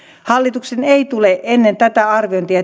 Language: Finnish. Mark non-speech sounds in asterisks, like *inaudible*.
hallituksen ei tule ennen tätä arviointia *unintelligible*